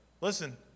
Listen